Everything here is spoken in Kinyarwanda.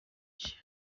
iki